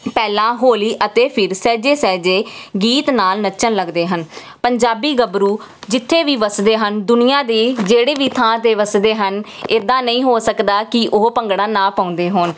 ਪਹਿਲਾਂ ਹੋਲੀ ਅਤੇ ਫਿਰ ਸਹਿਜੇ ਸਹਿਜੇ ਗੀਤ ਨਾਲ ਨੱਚਣ ਲੱਗਦੇ ਹਨ ਪੰਜਾਬੀ ਗਭਰੂ ਜਿੱਥੇ ਵੀ ਵੱਸਦੇ ਹਨ ਦੁਨੀਆਂ ਦੀ ਜਿਹੜੇ ਵੀ ਥਾਂ 'ਤੇ ਵੱਸਦੇ ਹਨ ਇੱਦਾਂ ਨਹੀਂ ਹੋ ਸਕਦਾ ਕਿ ਉਹ ਭੰਗੜਾ ਨਾ ਪਾਉਂਦੇ ਹੋਣ